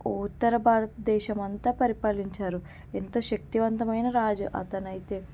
ఉత్తర భారతదేశమంతా పరిపాలించారు ఎంత శక్తివంతమైన రాజు అతనైతే